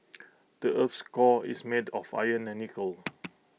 the Earth's core is made of iron and nickel